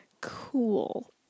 Cool